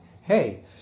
Hey